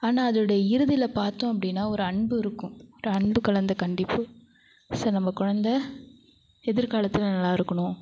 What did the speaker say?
ஆனால் அதோட இறுதியில் பார்த்தோம் அப்படின்னா ஒரு அன்பு இருக்கும் ஒரு அன்பு கலந்த கண்டிப்பு சரி நம்ம குலந்த எதிர்காலத்தில் நல்லா இருக்கணும்